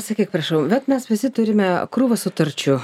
sakyk prašau vat mes visi turime krūvas sutarčių